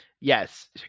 Yes